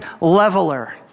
leveler